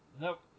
Nope